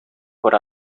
por